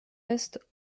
est